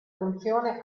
funzione